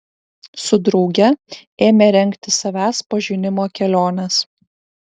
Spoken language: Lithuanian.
su drauge ėmė rengti savęs pažinimo keliones